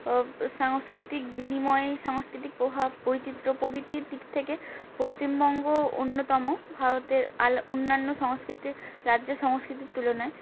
সাংস্কৃতিক বিনিময় সাংস্কৃতিক প্রভাব বৈচিত্র্য প্রভৃতির দিক থেকে পশ্চিমবঙ্গ অন্যতম ভারতের আ অন্যান্য সংস্কৃতি রাজ্যের সংস্কৃতির তুলনায়